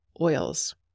oils